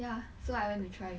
ya so I went to try